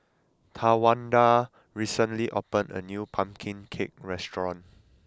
Tawanda recently opened a new Pumpkin Cake restaurant